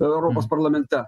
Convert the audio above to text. europos parlamente